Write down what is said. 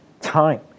time